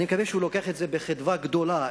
אני מקווה שהוא לוקח את התפקיד הזה בחדווה גדולה,